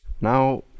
Now